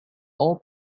all